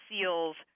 seals